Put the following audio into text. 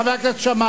חבר הכנסת שאמה.